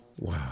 Wow